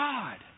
God